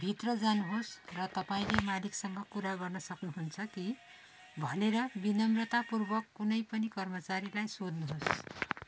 भित्र जानुहोस् र तपाईँँले मालिकसँग कुरा गर्न सक्नुहुन्छ कि भनेर विनम्रतापूर्वक कुनै पनि कर्मचारीलाई सोध्नुहोस्